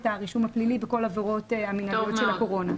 הרישום הפלילי בכל העבירות המנהליות של הקורונה.